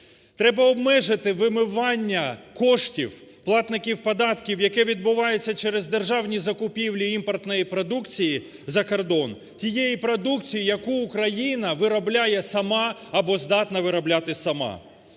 Треба обмежити вимивання коштів платників податків, яке відбувається через державні закупівлі імпортної продукції за кордон. Тієї продукції, яку Україна виробляє сама або здатна виробляти сама.